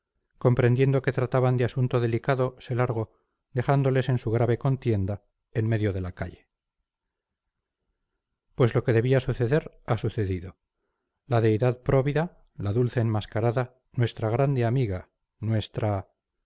comprendiendo que trataban de asunto delicado se largó dejándoles en su grave contienda en medio de la calle pues lo que debía suceder ha sucedido la deidad próvida la dulce enmascarada nuestra grande amiga nuestra